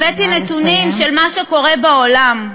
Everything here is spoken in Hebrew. הבאתי נתונים של מה שקורה בעולם,